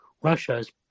Russia's